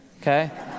okay